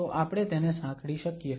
તો આપણે તેને સાંકળી શકીએ